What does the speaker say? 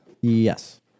Yes